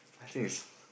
I think it's